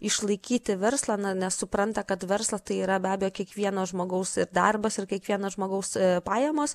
išlaikyti verslą na nes supranta kad verslas tai yra be abejo kiekvieno žmogaus ir darbas ir kiekvieno žmogaus pajamos